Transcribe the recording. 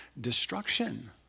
destruction